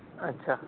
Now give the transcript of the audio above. ᱟᱪᱪᱷᱟ